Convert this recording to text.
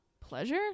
pleasure